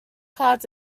clouds